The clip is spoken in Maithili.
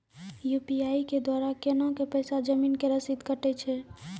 यु.पी.आई के द्वारा केना कऽ पैसा जमीन के रसीद कटैय छै?